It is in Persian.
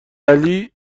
علی